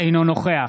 אינו נוכח